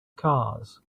cars